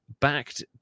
backed